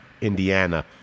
Indiana